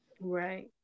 Right